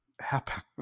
happen